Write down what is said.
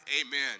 Amen